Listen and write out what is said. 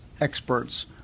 experts